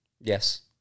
Yes